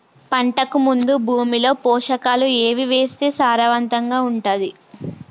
పంటకు ముందు భూమిలో పోషకాలు ఏవి వేస్తే సారవంతంగా ఉంటది?